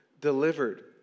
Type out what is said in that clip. delivered